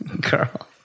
Girl